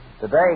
Today